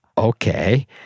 Okay